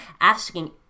asking